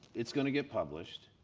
it's going to get published.